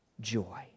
joy